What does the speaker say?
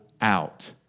out